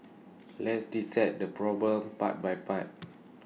let's dissect the problem part by part